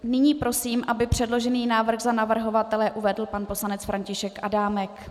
Nyní prosím, aby předložený návrh uvedl za navrhovatele pan poslanec František Adámek.